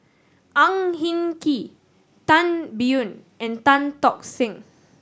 Ang Hin Kee Tan Biyun and Tan Tock Seng